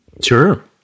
Sure